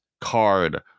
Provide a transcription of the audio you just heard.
card